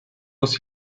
muss